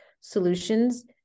solutions